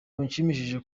bishimishije